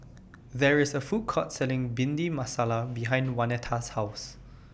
There IS A Food Court Selling Bhindi Masala behind Waneta's House